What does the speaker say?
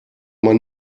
man